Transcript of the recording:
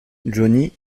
johnny